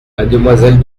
mademoiselle